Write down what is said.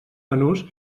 menús